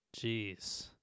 Jeez